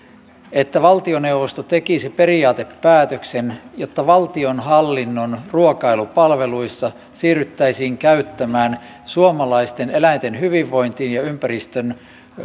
että valtioneuvosto tekisi periaatepäätöksen jotta valtionhallinnon ruokailupalveluissa siirryttäisiin käyttämään suomalaisten eläinten hyvinvointiin ja ympäristön